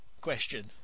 question